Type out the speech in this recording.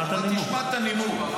אבל שמע את הנימוק.